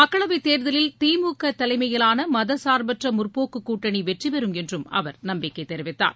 மக்களவை தேர்தலில் திமுக தலைமையிலான மதசார்பற்ற முற்போக்கு கூட்டணி வெற்றி பெறும் என்றும் அவர் நம்பிக்கை தெரிவித்தார்